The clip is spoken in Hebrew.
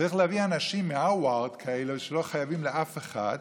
צריך להביא אנשים מהרווארד שלא חייבים לאף אחד,